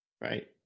Right